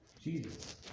Jesus